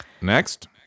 Next